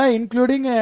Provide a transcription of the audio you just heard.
Including